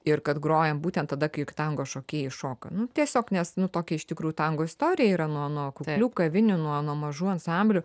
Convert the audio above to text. ir kad grojam būtent tada kai jau tango šokėjai šoka nu tiesiog nes nu tokia iš tikrųjų tango istorija yra nuo nuo kuklių kavinių nuo nuo mažų ansamblių